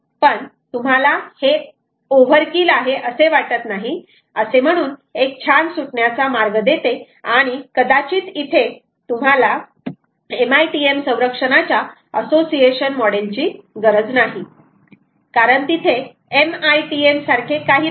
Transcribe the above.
पण तुम्हाला हे ओव्हर किल आहे असे वाटत नाही असे म्हणून एक छान सुटण्याचा मार्ग देतेआणि कदाचित इथे तुम्हाला MITM संरक्षणाच्या असोसिएशन मॉडेल ची गरज नाही कारण तिथे MITM सारखे काही नाही